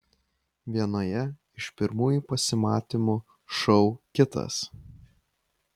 vienoje iš pirmųjų pasimatymų šou kitas